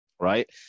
right